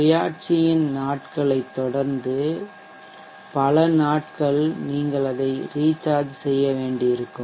சுயாட்சியின் நாட்களைத் தொடர்ந்து பல நாட்கள் நீங்கள் அதை ரீசார்ஜ் செய்ய வேண்டியிருக்கும்